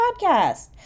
Podcast